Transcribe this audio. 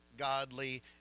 Godly